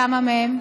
כמה מהם,